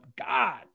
God